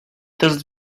test